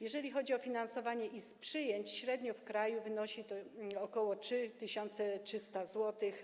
Jeżeli chodzi o finansowanie izb przyjęć, średnio w kraju wynosi ono ok. 3300 zł.